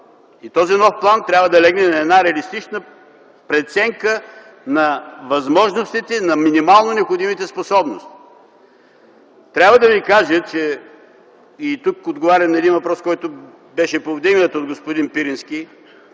И този нов план трябва да легне на една реалистична преценка на възможностите, на минимално необходимите способности. И тук отговарям на един въпрос, който беше повдигнат от господин Пирински,